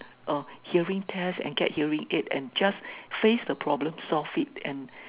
a hearing test and get hearing aid and just face the problem solve it and